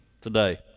today